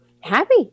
happy